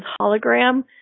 hologram